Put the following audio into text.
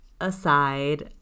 aside